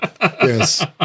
Yes